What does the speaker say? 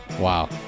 wow